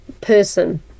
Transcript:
person